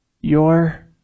Your